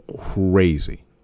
crazy